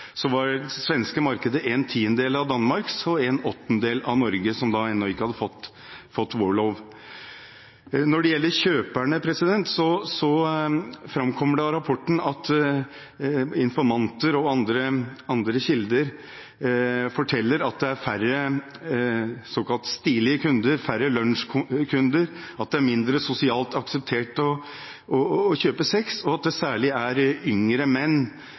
var det svenske markedet en tiendedel av Danmarks og en åttendedel av Norges. Når det gjelder kjøperne, framkommer det av rapporten at informanter og andre kilder forteller at det er færre såkalt stilige kunder, færre lunsjkunder, at det er mindre sosialt akseptert å kjøpe sex, og at det særlig er yngre menn